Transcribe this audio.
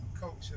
culture